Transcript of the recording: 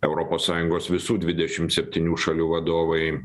europos sąjungos visų dvidešimt septynių šalių vadovai